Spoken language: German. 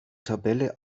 tabelle